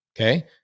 okay